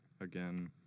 Again